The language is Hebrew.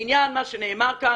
לעניין מה שנאמר כאן,